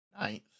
Ninth